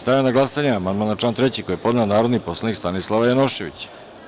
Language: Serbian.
Stavljam na glasanje amandman na član 3. koji je podnela narodni poslanik Stanislav Janošević.